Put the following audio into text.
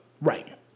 Right